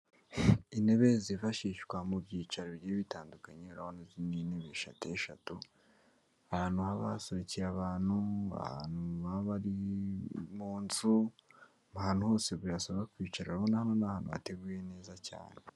Intebe zifashishwa mu byica bigiye bitandukanye, hariho n'intebe eshatu eshatu, ahantu haba hasohokeye abantu bari mu nzu, ahantu hose bibasaba kwicara ahantu hateguye neza cyane.